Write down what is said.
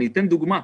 לדוגמא,